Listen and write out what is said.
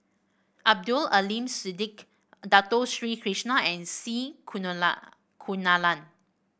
Abdul Aleem Siddique Dato Sri Krishna and C Kunalan